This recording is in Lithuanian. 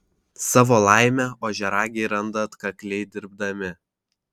savo laimę ožiaragiai randa atkakliai dirbdami